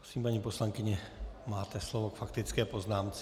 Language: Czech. Prosím, paní poslankyně, máte slovo k faktické poznámce.